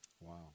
Wow